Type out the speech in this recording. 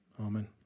amen